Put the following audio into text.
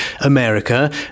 America